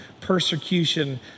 persecution